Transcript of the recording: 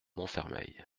montfermeil